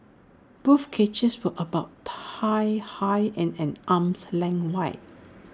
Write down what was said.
both cages were about thigh high and an arm's length wide